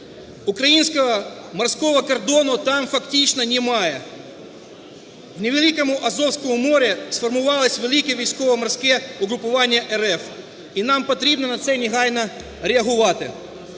українсько-морського кордону там фактично немає. В невеликому Азовському морі сформувалось велике військово-морське угрупування РФ і нам потрібно на це негайно реагувати.